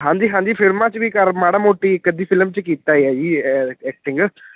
ਹਾਂਜੀ ਹਾਂਜੀ ਫਿਲਮਾਂ 'ਚ ਵੀ ਕਰ ਮਾੜਾ ਮੋਟੀ ਇੱਕ ਅੱਧੀ ਫਿਲਮ 'ਚ ਕੀਤਾ ਆ ਜੀ ਐਕਟਿੰਗ